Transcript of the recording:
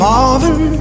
Marvin